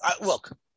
look